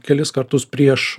kelis kartus prieš